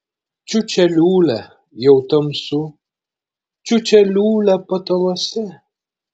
čiūčia liūlia jau tamsu čiūčia liūlia pataluose